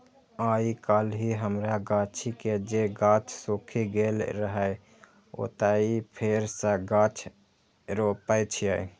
आइकाल्हि हमरा गाछी के जे गाछ सूखि गेल रहै, ओतय फेर सं गाछ रोपै छियै